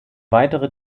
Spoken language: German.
weitere